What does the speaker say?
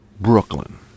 Brooklyn